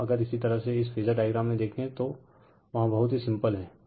अब अगर इसी तरह से इस फेजर डायग्राम में देखे तो वहाँ बहुत ही सिंपल है